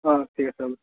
অ' ঠিক আছে হ'ব